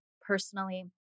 personally